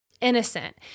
innocent